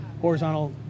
horizontal